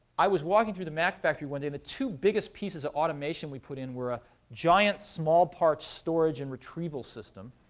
i was walking through the mac factory one day, and the two biggest pieces of automation we put in were a giant small-part storage and retrieval system.